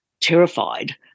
terrified